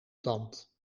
tand